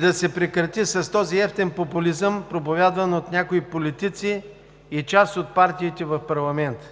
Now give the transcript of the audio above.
Да се прекрати с този евтин популизъм, проповядван от някои политици и част от партиите в парламента.